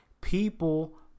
people